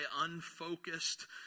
unfocused